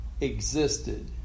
existed